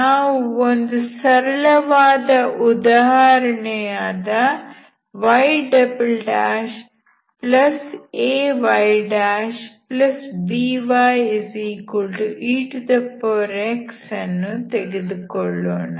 ನಾವು ಒಂದು ಸರಳವಾದ ಉದಾಹರಣೆಯಾದ yaybyex ಅನ್ನು ತೆಗೆದುಕೊಳ್ಳೋಣ